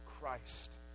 Christ